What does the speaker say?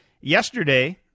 Yesterday